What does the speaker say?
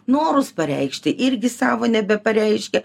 norus pareikšti irgi savo nebepareiškia